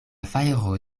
fajro